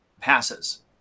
passes